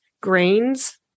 grains